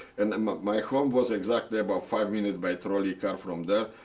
and um ah my home was exactly about five minutes by trolley car from there.